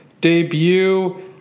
debut